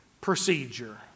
procedure